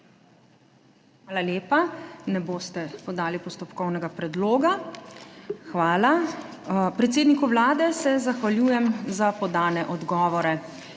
Hvala lepa. Ne boste podali postopkovnega predloga. Hvala. Predsedniku Vlade se zahvaljujem za podane odgovore.